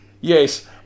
Yes